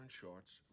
shorts